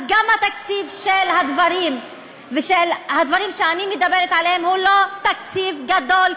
אז גם התקציב של הדברים שאני מדברת עליהם הוא לא תקציב גדול.